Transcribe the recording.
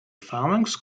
phalanx